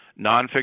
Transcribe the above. nonfiction